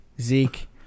Zeke